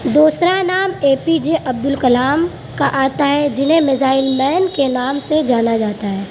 دوسرا نام اے پی جے عبد الکلام کا آتا ہے جنہیں میزائل مین کے نام سے جانا جاتا ہے